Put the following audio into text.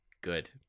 Good